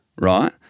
right